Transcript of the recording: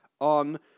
on